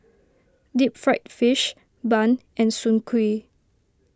Deep Fried Fish Bun and Soon Kuih